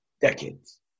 decades